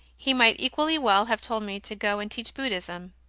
he might equally well have told me to go and teach buddhism.